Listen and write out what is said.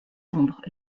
sombre